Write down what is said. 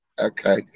Okay